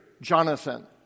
Jonathan